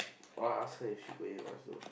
I want ask her if she going with us also